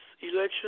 election